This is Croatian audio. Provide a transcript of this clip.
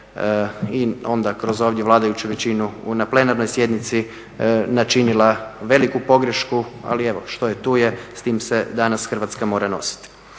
i onda kroz ovdje vladajuću većinu na plenarnoj sjednici načinila veliku pogrešku, ali evo, što je tu je, s tim se danas Hrvatska mora nositi.